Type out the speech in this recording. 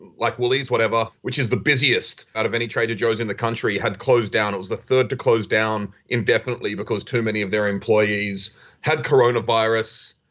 like woolies, whatever, which is the busiest out of any trader joe's in the country, had closed down. it was the third to close down indefinitely because too many of their employees had coronavirus.